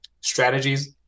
strategies